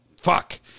fuck